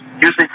using